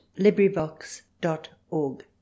librivox.org